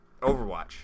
Overwatch